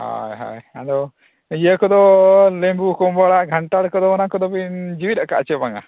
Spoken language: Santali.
ᱦᱳᱭ ᱦᱳᱭ ᱟᱫᱚ ᱤᱭᱟᱹ ᱠᱚᱫᱚ ᱞᱤᱵᱩ ᱠᱚᱢᱲᱟ ᱜᱷᱟᱱᱴᱟᱲ ᱠᱚᱫᱚ ᱚᱱᱟ ᱠᱚᱫᱚ ᱵᱤᱱ ᱡᱮᱣᱮᱫ ᱠᱟᱫᱟ ᱪᱮ ᱵᱟᱝᱼᱟ